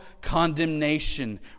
condemnation